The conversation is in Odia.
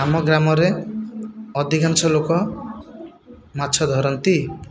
ଆମ ଗ୍ରାମରେ ଅଧିକାଂଶ ଲୋକ ମାଛ ଧରନ୍ତି